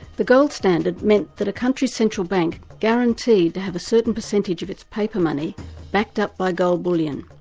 the gold standard meant that a country's central bank guaranteed to have a certain percentage of its paper money backed up by gold bullion.